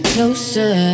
Closer